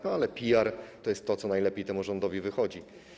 No ale PR to jest to, co najlepiej temu rządowi wychodzi.